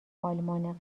آلمان